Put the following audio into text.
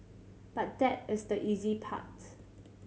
but that is the easy part